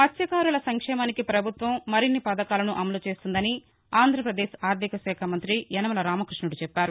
మత్స్యకారుల సంక్షేమానికి ప్రభుత్వం మరిన్ని పథకాలను అమలు చేస్తుందని ఆంధ్రప్రదేశ్ ఆర్టిక శాఖ మంతి యనమల రామకృష్ణుడు చెప్పారు